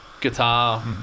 guitar